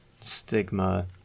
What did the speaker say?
stigma